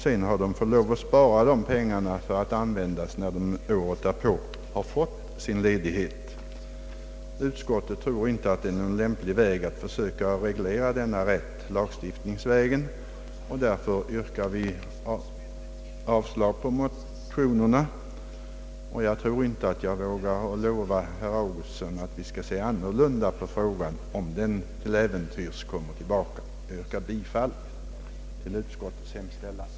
Sedan har de fått lov att spara dessa pengar för att användas året därpå när de har fått sin ledighet. Utskottet tror inte att det är möjligt att i dylika fall reglera rätten till ledighet i lagstiftningen. Därför yrkar vi avslag på motionerna. Jag vågar inte lova herr Augustsson, att utskottet skall se annorlunda på frågan, om den till äventyrs skulle komma tillbaka. Jag yrkar, herr talman, bifall till utskottets hemställan.